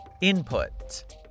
Input